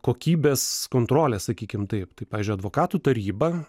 kokybės kontrolę sakykim taip tai pavyzdžiui advokatų taryba